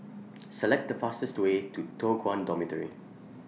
Select The fastest Way to Toh Guan Dormitory